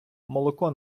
молоко